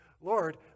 Lord